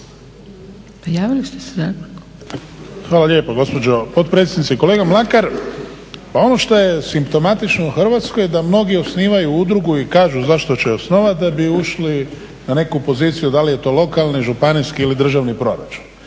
Hvala lijepo gospođo potpredsjednice. Kolega Mlakar, pa ono što je simptomatično u Hrvatskoj da mnogi osnivaju udrugu i kažu zašto će je osnovati da bi ušli na neku poziciju da li je to lokalni, županijski ili državni proračun.